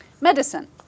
medicine